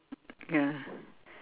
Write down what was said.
ya